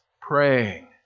praying